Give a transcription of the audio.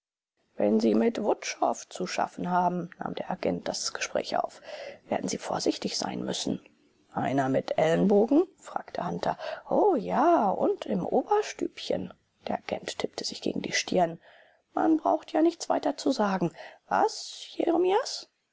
wenn sie mit wutschow zu schaffen haben nahm der agent das gespräch auf werden sie vorsichtig sein müssen einer mit ellenbogen fragte hunter o ja und im oberstübchen der agent tippte sich gegen die stirn man braucht ja nichts weiter zu sagen was